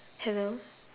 hello